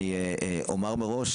אני אומר מראש: